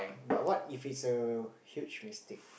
but what if it's a huge mistake